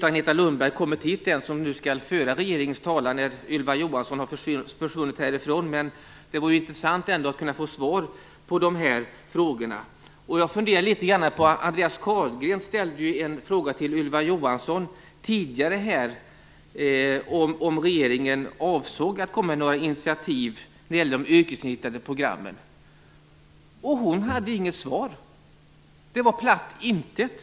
Agneta Lundberg, som skall föra regeringens talan när Ylva Johansson har försvunnit, har ännu inte kommit till kammaren. Det vore ändå intressant att få svar på de här frågorna. Andreas Carlgren ställde tidigare en fråga till Ylva Johansson om ifall regeringen avsåg att komma med några initiativ vad gäller de yrkesinriktade programmen, men Ylva Johansson hade inget svar. Det var platt intet!